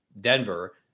Denver